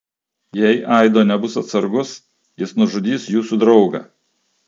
jei aido nebus atsargus jis nužudys jūsų draugą